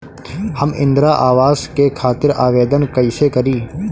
हम इंद्रा अवास के खातिर आवेदन कइसे करी?